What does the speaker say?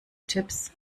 tipps